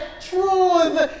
truth